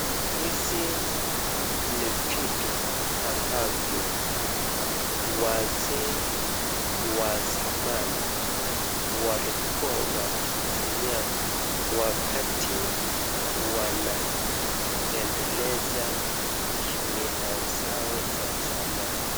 Hizi ni vitu ambavyo wazee wa zamani walikuwa wakitumia wakati wanaendeleza kimila zao za zamani.